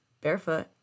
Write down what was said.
barefoot